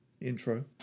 intro